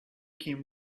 came